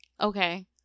okay